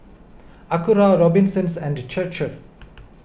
Acura Robinsons and Chir Chir